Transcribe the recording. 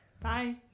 Bye